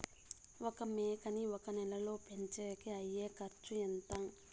ఒక మేకని ఒక నెల పెంచేకి అయ్యే ఖర్చు ఎంత?